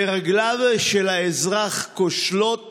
ורגליו של האזרח כושלות